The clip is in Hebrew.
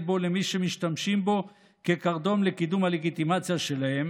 בו למי שמשתמשים בו כקרדום לקידום הלגיטימציה שלהם